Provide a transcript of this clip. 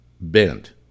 bent